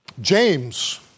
James